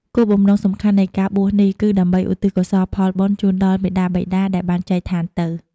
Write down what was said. គោលបំណងសំខាន់នៃការបួសនេះគឺដើម្បីឧទ្ទិសកុសលផលបុណ្យជូនដល់មាតាបិតាដែលបានចែកឋានទៅ។